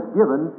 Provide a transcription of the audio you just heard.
given